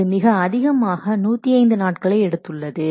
அது மிக அதிகமாக 105 நாட்களை எடுத்துள்ளது